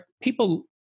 People